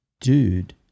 dude